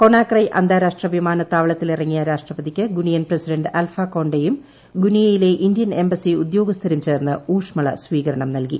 Conakry അന്താരാഷ്ട്ര വിമാനത്താവളത്തിലിറങ്ങിയ രാഷ്ട്രപതിയ്ക്ക് ഗുനിയൻ പ്രസിഡന്റ് ആൽഫാ കോണ്ടയും ഗുനിയയിലെ ഇന്ത്യൻ എംബസി ഉദ്യോഗസ്ഥരും ചേർന്ന് ഊഷ്മള സ്വീകരണം നൽകി